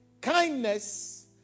kindness